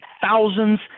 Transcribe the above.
thousands